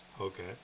Okay